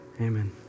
Amen